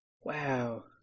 Wow